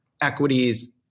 equities